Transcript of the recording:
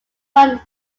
run